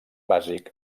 bàsic